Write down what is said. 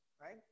right